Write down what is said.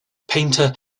painter